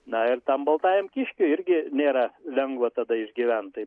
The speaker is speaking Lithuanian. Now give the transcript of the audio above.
na ir tam baltajam kiškiui irgi nėra lengva tada išgyvent tai